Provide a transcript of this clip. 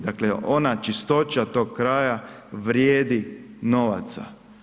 Dakle, ona čistoća tog kraja vrijedi novaca.